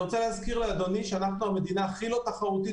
אני רוצה להזכיר לאדוני שאנחנו המדינה הכי לא תחרותית